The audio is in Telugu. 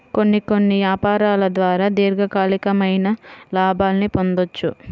కొన్ని కొన్ని యాపారాల ద్వారా దీర్ఘకాలికమైన లాభాల్ని పొందొచ్చు